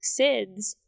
SIDS